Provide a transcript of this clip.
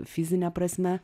fizine prasme